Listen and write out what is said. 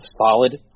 solid